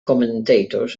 commentators